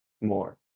more